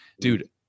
dude